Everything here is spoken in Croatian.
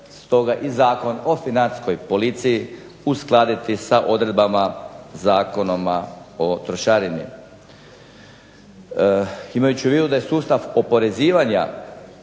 stoga i Zakon o Financijskoj policiji uskladiti sa odredbama Zakona o trošarini. Imajući u vidu da je sustav oporezivanja